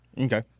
Okay